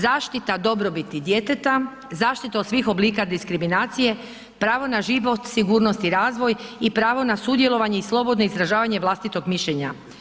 Zaštita dobrobiti djeteta, zaštita od svih oblika diskriminacije, pravo na život, sigurnost i razvoj i pravo na sudjelovanje i slobodno izražavanje vlastitog mišljenja.